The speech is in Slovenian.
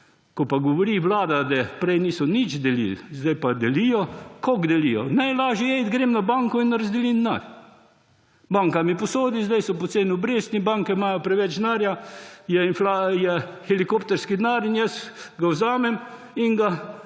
Ko pa govori vlada ,da prej niso nič delili, zdaj pa delijo – kako delijo? Najlažje je, grem na banko in razdelim denar. Banka mi posodi. Zdaj so poceni obresti, banke imajo preveč denarja, je helikopterski denar in jaz ga vzamem in ga